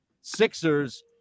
Sixers